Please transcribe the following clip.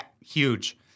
huge